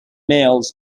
males